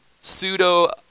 Pseudo